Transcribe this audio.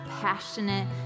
passionate